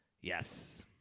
Yes